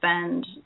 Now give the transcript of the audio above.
spend